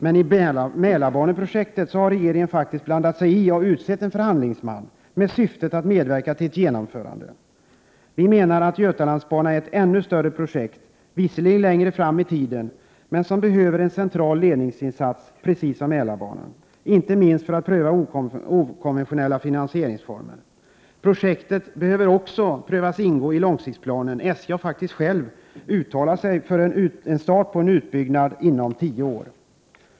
Men i Mälarbaneprojektet har regeringen faktiskt blandat sig i och utsett en förhandlingsman med syfte att medverka till ett genomförande. Vi menar att Götalandsbanan är ett ännu större projekt som visserligen ligger längre fram i tiden, men som behöver en central ledning precis som Mälarbanan, inte minst för att pröva okonventionella finansieringsformer. Projektet borde också prövas att ingå i långsiktsplanen. SJ har självt uttalat sig för en igångsättning inom tio år.